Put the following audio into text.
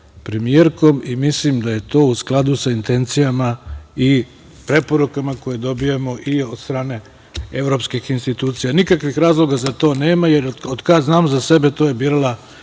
premijerkom. Mislim da je to u skladu sa intencijama i preporukama koje dobijamo i od strane evropskih institucija. Nikakvih razloga za to nema, jer od kad znam za sebe to je bila